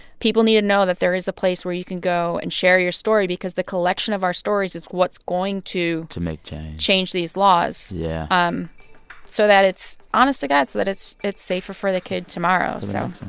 people need to know that there is a place where you can go and share your story because the collection of our stories is what's going to. to make change. change these laws yeah um so that it's honest to god, so that it's it's safer for the kid tomorrow, so.